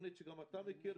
תוכנית שגם אתה מכיר,